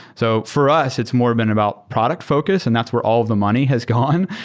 so for us, it's more been about product focus, and that's where all the money has gone.